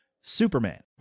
Superman